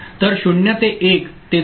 तर 0 ते 1 ते झाल्यावर हा 1 असे होते